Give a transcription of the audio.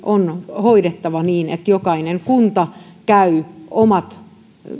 on hoidettava niin että jokainen kunta käy omat